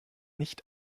nicht